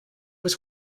was